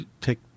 take